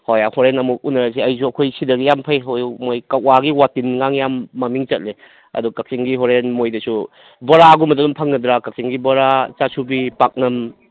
ꯍꯣꯏ ꯍꯣꯔꯦꯟ ꯑꯃꯨꯛ ꯎꯟꯅꯔꯁꯤ ꯑꯩꯁꯨ ꯑꯩꯈꯣꯏ ꯁꯤꯗꯒꯤ ꯌꯥꯝ ꯐꯩ ꯍꯣꯏ ꯃꯣꯏ ꯀꯥꯛꯋꯥꯒꯤ ꯋꯥꯇꯤꯟ ꯂꯥꯡ ꯌꯥꯝ ꯃꯃꯤꯡ ꯆꯠꯂꯦ ꯑꯗꯨ ꯀꯥꯛꯆꯤꯡꯒꯤ ꯍꯣꯔꯦꯟ ꯃꯣꯏꯗꯁꯨ ꯕꯣꯔꯥꯒꯨꯝꯕꯗꯨ ꯑꯗꯨꯝ ꯐꯪꯒꯗ꯭ꯔꯥ ꯀꯥꯛꯆꯤꯡꯒꯤ ꯕꯣꯔꯥ ꯆꯥꯁꯨꯕꯤ ꯄꯥꯛꯅꯝ